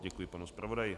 Děkuji panu zpravodaji.